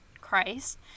Christ